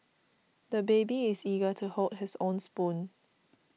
the baby is eager to hold his own spoon